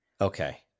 Okay